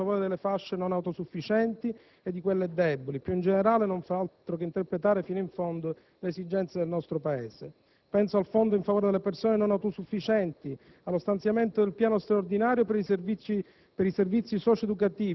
per gli sgravi sulla casa e in favore delle fasce non autosufficienti e di quelle deboli. Più in generale, essa non fa altro che interpretare fino in fondo le esigenze del nostro Paese. Penso al fondo in favore delle persone non autosufficienti, allo stanziamento del piano straordinario per i servizi